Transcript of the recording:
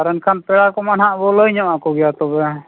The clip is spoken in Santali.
ᱟᱨ ᱮᱱᱠᱷᱟᱱ ᱯᱮᱲᱟ ᱠᱚᱢᱟ ᱦᱟᱜ ᱵᱚ ᱞᱟᱹᱭ ᱧᱚᱜ ᱟᱠᱚᱜᱮᱭᱟ ᱛᱚᱵᱮ